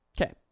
Okay